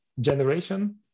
generation